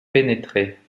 pénétraient